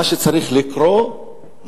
מה שצריך לקרות,